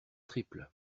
triples